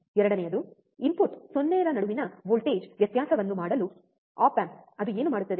ಎರಡನೆಯದು ಇನ್ಪುಟ್ 0 ರ ನಡುವಿನ ವೋಲ್ಟೇಜ್ ವ್ಯತ್ಯಾಸವನ್ನು ಮಾಡಲು ಆಪ್ ಆಂಪ್ ಅದು ಏನು ಮಾಡುತ್ತದೆ